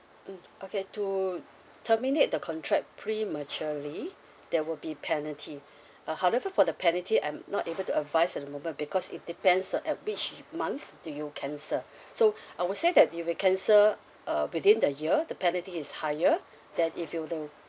mm okay to terminate the contract prematurely there will be penalty uh however for the penalty I'm not able to advise at the moment because it depends uh at which month do you cancel so I would say that if you cancel uh within the year the penalty is higher than if you uh